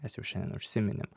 mes jau šiandien užsiminėm